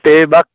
ਅਤੇ ਬਸ